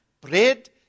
bread